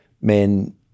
men